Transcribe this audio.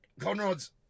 Conrod's